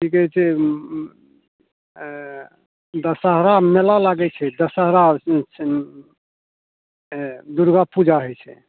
कि कहै छै दशहरा मेला लागै छै दशहरा दुरगा पूजा होइ छै